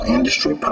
Industry